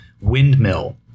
windmill